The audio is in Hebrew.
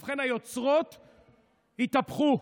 ובכן, היוצרות התהפכו.